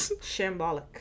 Shambolic